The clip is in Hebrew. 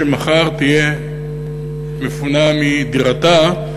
שמחר תפונה מדירתה,